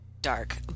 dark